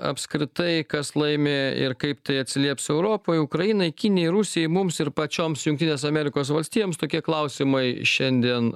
apskritai kas laimi ir kaip tai atsilieps europai ukrainai kinijai rusijai mums ir pačioms jungtinėms amerikos valstijoms tokie klausimai šiandien